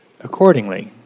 accordingly